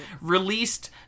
released